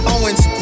Owens